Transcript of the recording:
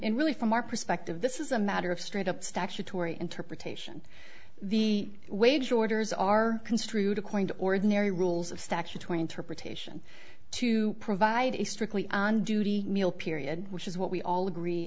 really from our perspective this is a matter of straight up statutory interpretation the wage orders are construed according to ordinary rules of statutory interpretation to provide a strictly on duty mill period which is what we all agree